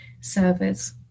servers